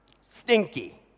Stinky